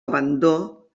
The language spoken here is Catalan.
abandó